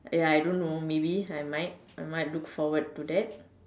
ya I don't know maybe I might I might look forward to that